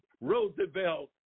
Roosevelt